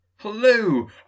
hello